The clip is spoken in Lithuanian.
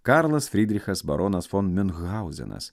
karlas frydrichas baronas fon miunhauzenas